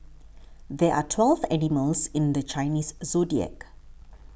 there are twelve animals in the Chinese zodiac